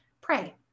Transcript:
Pray